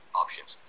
options